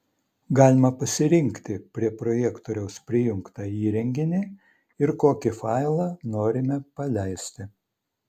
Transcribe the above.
galima pasirinkti prie projektoriaus prijungtą įrenginį ir kokį failą norime paleisti